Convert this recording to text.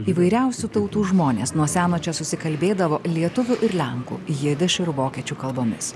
įvairiausių tautų žmonės nuo seno čia susikalbėdavo lietuvių ir lenkų jidiš ir vokiečių kalbomis